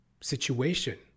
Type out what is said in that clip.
situation